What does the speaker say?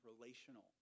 relational